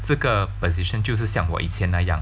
这个 position 就是像我以前那样